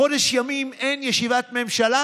חודש ימים אין ישיבת ממשלה,